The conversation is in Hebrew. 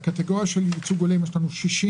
בקטגוריה של ייצוג הולם יש לנו 60,